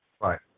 Right